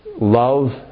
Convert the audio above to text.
love